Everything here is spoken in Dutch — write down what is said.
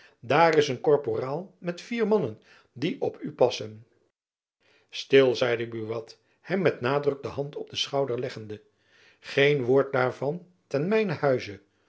dair is een korperael met vier man die op u passen stil zeide buat hem met nadruk de hand op jacob van lennep elizabeth musch den schouder leggende geen woord daarvan ten mijnen